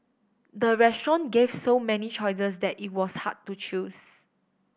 the restaurant gave so many choices that it was hard to choose